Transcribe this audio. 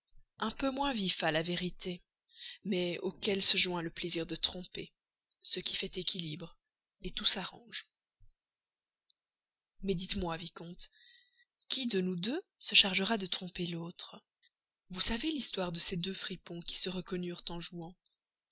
un peu moins vif à la vérité mais auquel se joint le plaisir de tromper ce qui fait équilibre tout s'arrange mais dites-moi vicomte qui de nous deux se chargera de tromper l'autre vous savez l'histoire de ces deux fripons qui se reconnurent en jouant